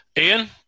Ian